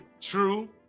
True